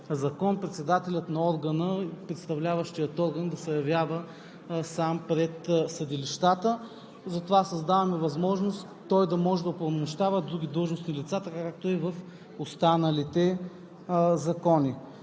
закон – председателят на представляващия орган да се явява сам пред съдилищата. Затова създаваме възможност той да може да упълномощава други длъжностни лица – така, както е в останалите закони.